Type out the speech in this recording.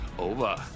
over